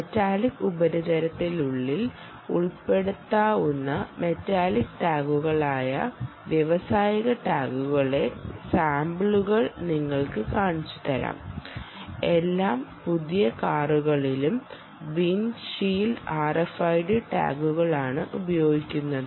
metallic ഉപരിതലത്തിനുള്ളിൽ ഉൾപ്പെടുത്താവുന്ന metallic ടാഗുകളായ വ്യാവസായിക ടാഗുകളുടെ സാമ്പിളുകൾ നിങ്ങൾക്ക് കാണിച്ചുതരാം എല്ലാ പുതിയ കാറുകളിലും വിൻസ് ഷീൽഡ് RFID ടാഗുകളാണ് ഉപയോഗിക്കുന്നത്